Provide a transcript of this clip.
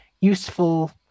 useful